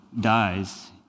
dies